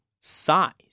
size